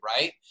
right